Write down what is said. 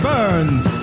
Burns